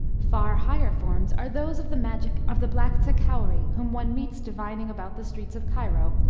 far higher forms are those of the magic of the black takowri whom one meets divining about the streets of cairo,